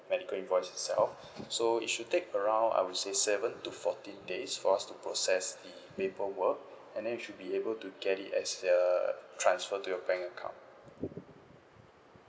medical invoice itself so it should take around I would say seven to fourteen days for us to process the paperwork and then you should be able to get it as via transfer to your bank account